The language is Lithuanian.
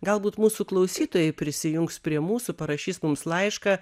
galbūt mūsų klausytojai prisijungs prie mūsų parašys mums laišką